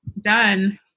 done